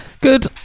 Good